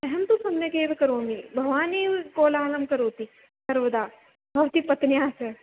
अहें तु सम्यकेव करोमि भवानेव कोलाहलं करोति सर्वदा भवति पत्न्याः सह्